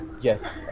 Yes